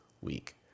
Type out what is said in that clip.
week